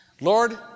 Lord